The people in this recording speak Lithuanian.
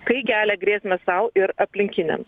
kai kelia grėsmę sau ir aplinkiniams